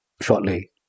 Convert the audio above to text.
shortly